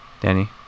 Danny